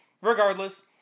regardless